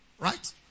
Right